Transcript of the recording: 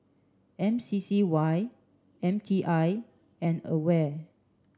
M C C Y M T I and AWARE